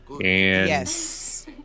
Yes